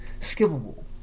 skippable